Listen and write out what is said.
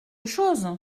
chose